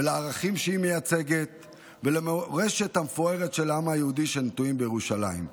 לערכים שהיא מייצגת ולמורשת המפוארת של העם היהודי שנטועים בירושלים.